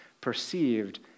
perceived